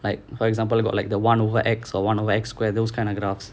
like for example you got like the [one] over X or [one] over X square those kind of graphs